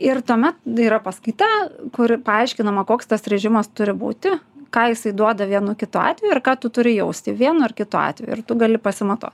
ir tuomet yra paskaita kur paaiškinama koks tas režimas turi būti ką jisai duoda vienu kitu atveju ir ką tu turi jausti vienu ar kitu atveju ir tu gali pasimatuot